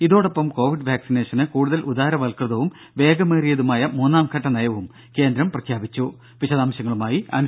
ഇതോടൊപ്പം കോവിഡ് വാക്സിനേഷന് കൂടുതൽ ഉദാരവൽകൃതവും വേഗമേറിയതുമായ മൂന്നാംഘട്ട നയവും കേന്ദ്രം പ്രഖ്യാപിച്ചു